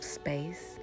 space